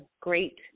great